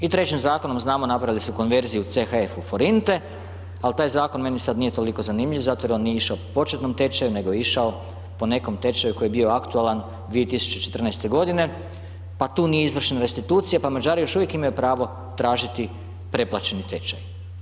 I trećim zakonom znamo napravili su konverziju CHF u forinte, al taj zakon meni nije toliko zanimljiv zato jer on nije išao po početnom tečaju nego je išao po nekom tečaju koji je bio aktualan 2014. godine pa tu nije izvršena restitucija pa Mađari još uvijek imaju pravo tražiti preplaćeni tečaj.